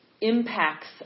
impacts